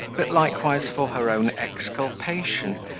but likewise for her own exculpation,